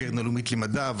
הקרן הלאומית למדע,